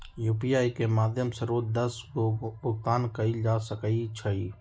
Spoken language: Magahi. यू.पी.आई के माध्यम से रोज दस गो भुगतान कयल जा सकइ छइ